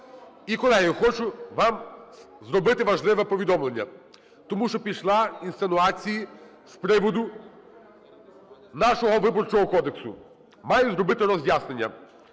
І, колеги, хочу вам зробити важливе повідомлення, тому що пішли інсинуації з приводу нашого Виборчого кодексу. Маю зробити роз'яснення.